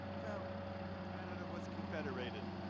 so before canada was confederated.